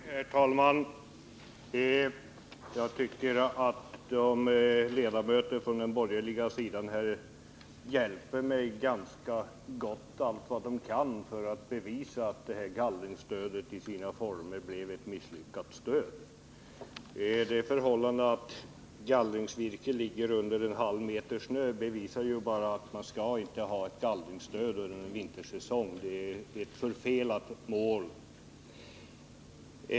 Herr talman! Jag tycker att ledamöter från den borgerliga sidan hjälper mig ganska gott att bevisa att gallringsstödet i sina former blev ett misslyckat stöd. Det förhållandet att gallringsvirke ligger under en halv meter snö bevisar bara att man inte kan ha gallringsstöd under vintersäsongen. Det är förfelat.